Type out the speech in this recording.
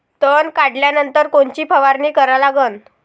तन काढल्यानंतर कोनची फवारणी करा लागन?